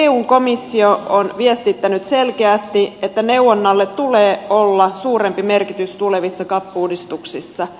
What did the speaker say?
eun komissio on viestittänyt selkeästi että neuvonnalla tulee olla suurempi merkitys tulevissa cap uudistuksissa